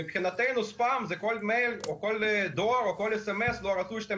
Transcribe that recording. מבחינתנו ספאם זה כל מייל או כל דואר או כל סמס לא רצוי שאתם